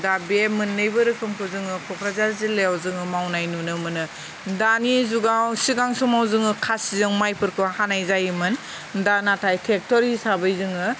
दा बे मोननैबो रोखोमखौ जोङो क'क्राझार जिल्लायाव जोङो मावनाय नुनो मोनो दानि जुगाव सिगां समाव जोङो खासिजों माइफोरखौ हानाय जायोमोन दा नाथाय ट्रेक्टर हिसाबै जोङो